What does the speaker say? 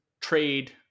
trade